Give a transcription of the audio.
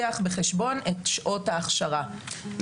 לקחנו בחשבון את שעות הלמידה לא